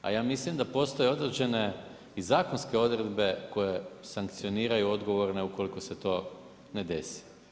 A ja mislim da postoje određene i zakonske odredbe koje sankcioniraju odgovor ukoliko se to ne desi.